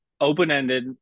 Open-ended